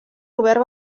robert